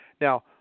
Now